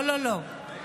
לא לא לא.